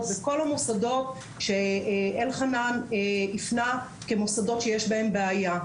וכל המוסדות שאלחנן הפנה כמוסדות שיש בהם בעיה.